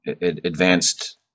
advanced